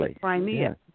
Crimea